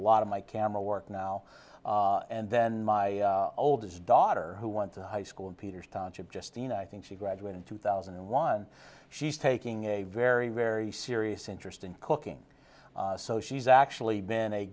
lot of my camera work now and then my oldest daughter who wants a high school peters township just seen i think she graduate in two thousand and one she's taking a very very serious interest in cooking so she's actually been a